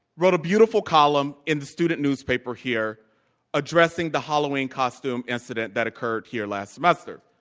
wrote a beautiful column in the student newspaper here addressing the halloween costume incident that occurred here last semester.